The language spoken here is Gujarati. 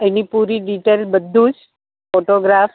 એની પૂરી ડિટેલ બધુ જ ફોટોગ્રાફ